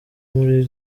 muri